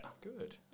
Good